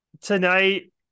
tonight